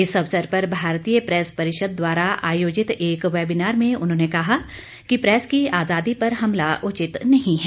इस अवसर पर भारतीय प्रैस परिषद द्वारा आयोजित एक वेबिनार में उन्होंने कहा कि प्रैस की आजादी पर हमला उचित नहीं है